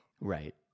Right